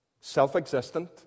Self-existent